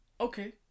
okay